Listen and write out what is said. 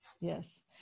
Yes